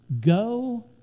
Go